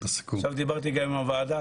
עכשיו דיברתי גם עם הוועדה,